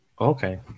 Okay